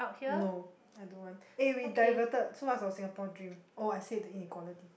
no I don't want eh we diverted so what's our Singapore dream oh I said the equality